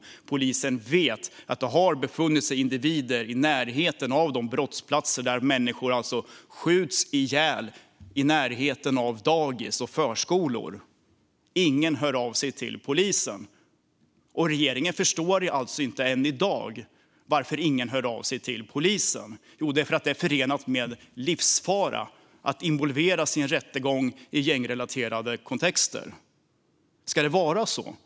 Polisen vet att individer har befunnit sig i närheten av de brottsplatser där människor har skjutits ihjäl - i närheten av förskolor - men ingen hör av sig till polisen. Regeringen förstår alltså inte än i dag varför ingen hör av sig till polisen. Det är för att det är förenat med livsfara att involveras i en rättegång i gängrelaterade kontexter. Ska det vara så?